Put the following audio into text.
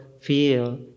feel